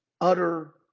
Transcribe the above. utter